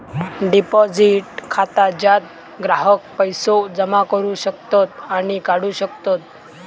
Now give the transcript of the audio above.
deposit खाता ज्यात ग्राहक पैसो जमा करू शकतत आणि काढू शकतत